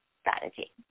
strategy